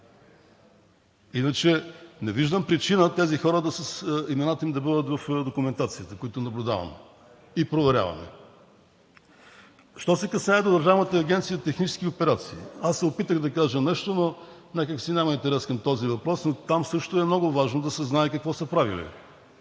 Иначе не виждам причина имената на тези хора да бъдат в документацията, които наблюдаваме и проверяваме. Що се касае до Държавна агенция „Технически операции“, аз се опитах да кажа нещо, но някак си няма интерес към този въпрос. Там също е много важно да се знае какво са правили